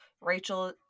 Rachel